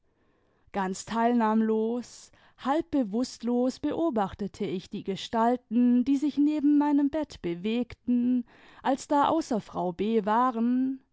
ganz teilnahmlos halb bewußtlos beobachtete ich die gestalten die sich neben meinem bett bewegten als da außer frau b waren